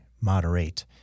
moderate